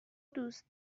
دوست